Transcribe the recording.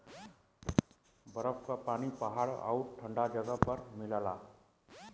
बरफ के पानी पहाड़ आउर ठंडा जगह पर मिलला